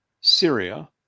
Syria